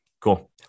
Cool